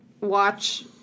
watch